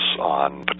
on